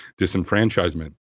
disenfranchisement